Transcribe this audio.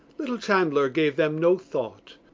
little chandler gave them no thought.